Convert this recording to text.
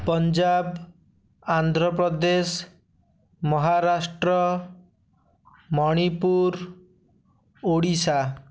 Punjab Andhra Pradesh Maharashtra Manipur Odisha